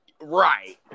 Right